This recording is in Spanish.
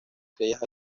estrellas